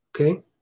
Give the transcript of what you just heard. Okay